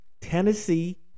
Tennessee